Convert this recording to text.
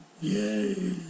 Yay